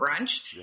brunch